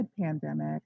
pandemic